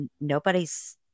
nobody's